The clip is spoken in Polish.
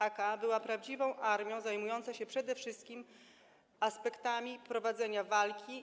AK była prawdziwą armią zajmującą się przede wszystkim aspektami prowadzenia walki.